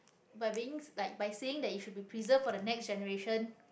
but being like by saying that it should be preserved for the next generation